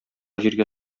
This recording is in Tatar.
җиргә